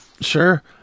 Sure